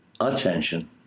attention